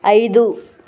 ఐదు